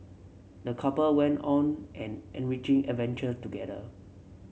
the couple went on an enriching adventure together